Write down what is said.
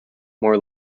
more